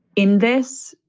in this,